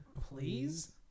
Please